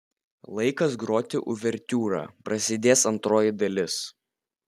laikas groti uvertiūrą prasidės antroji dalis